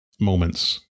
moments